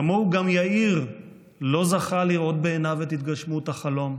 כמוהו גם יאיר לא זכה לראות בעיניו את התגשמות החלום,